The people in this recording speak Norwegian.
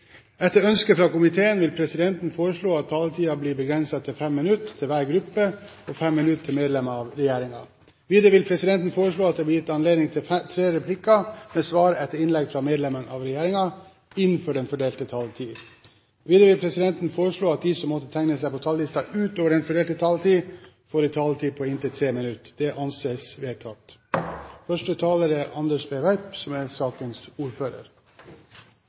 Etter ønske frå næringskomiteen vil presidenten foreslå at taletida blir avgrensa til 5 minuttar til kvar gruppe og 5 minuttar til medlemmer av regjeringa. Vidare vil presidenten foreslå at det blir gjeve høve til tre replikkar med svar etter innlegg frå medlemmer av regjeringa innafor den fordelte taletida. Vidare vil presidenten foreslå at dei som måtte teikne seg på talarlista utover den fordelte taletida, får ei taletid på inntil 3 minuttar. – Det er vedteke. Også i år har jeg gleden av å legge fram meldingen som